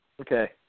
Okay